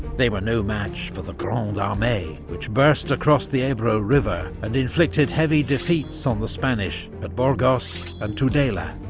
they were no match for the grande armee, which burst across the ebro river, and inflicted heavy defeats on the spanish at burgos and tudela.